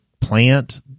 plant